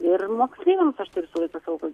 ir moksleiviams aš tai visą laiką sakau kad